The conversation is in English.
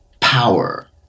power